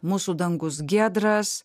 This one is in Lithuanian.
mūsų dangus giedras